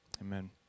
Amen